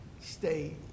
stay